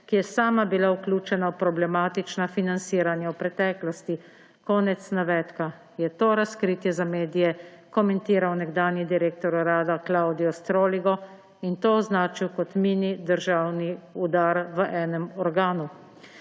ki je sama bila vključena v problematična financiranja v preteklosti«, konec navedka, je to razkritje za medije komentiral nekdanji direktor urada Klaudijo Stroligo in to označil kot mini državni udar v enem organu.